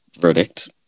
verdict